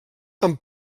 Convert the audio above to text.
amb